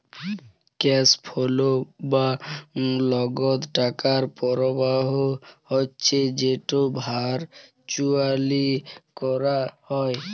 cash flow বা লগদ টাকার পরবাহ হচ্যে যেট ভারচুয়ালি ক্যরা হ্যয়